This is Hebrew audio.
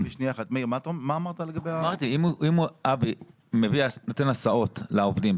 אם הוא נותן הסעות לעובדים,